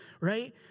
right